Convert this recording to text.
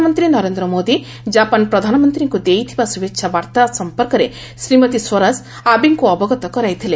ପ୍ରଧାନମନ୍ତ୍ରୀ ନରେନ୍ଦ୍ର ମୋଦି କ୍ଜାପାନ୍ ପ୍ରଧାନମନ୍ତ୍ରୀଙ୍କୁ ଦେଇଥିବା ଶୁଭେଚ୍ଛା ବାର୍ତ୍ତା ସମ୍ପର୍କରେ ଶ୍ରୀମତୀ ସ୍ୱରାଜ ଆବେଙ୍କୁ ଅବଗତ କରାଇଥିଲେ